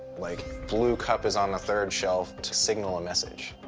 like blue cup is on the third shelf, to signal a message.